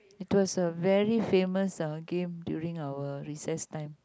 it was a very famous uh game during our recess time